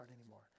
anymore